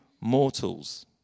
mortals